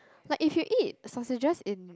like if you eat sausages in